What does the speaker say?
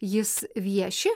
jis vieši